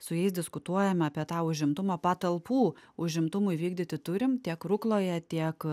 su jais diskutuojame apie tą užimtumą patalpų užimtumui įvykdyti turime tiek rukloje tiek